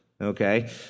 Okay